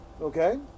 Okay